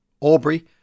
Aubrey